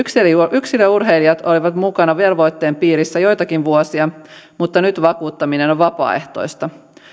yksilöurheilijat olivat mukana velvoitteen piirissä joitakin vuosia mutta nyt vakuuttaminen on vapaaehtoista